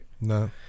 no